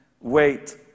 wait